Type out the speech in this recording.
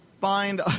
find